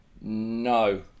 No